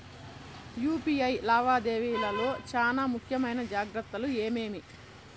UPI లావాదేవీల లో చానా ముఖ్యమైన జాగ్రత్తలు ఏమేమి?